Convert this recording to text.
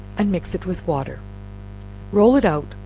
and mix it with water roll it out,